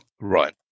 Right